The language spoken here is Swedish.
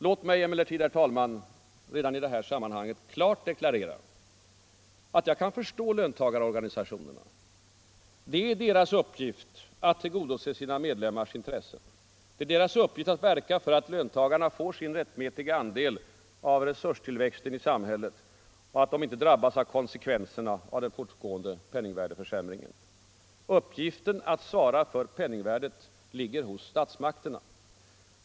Låt mig emellertid redan i detta sammanhang klart deklarera att jag kan förstå löntagarorganisationerna. Det är deras uppgift att tillgodose sina medlemmars intressen. Det är deras uppgift att verka för att löntagarna får sin rättmätiga andel av resurstillväxten i samhället och att de inte drabbas av konsekvenserna av den fortgående penningvärdeförsämringen. Uppgiften att svara för penningvärdet ligger hos statsmakterna.